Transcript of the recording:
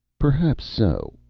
perhaps so.